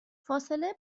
فاصله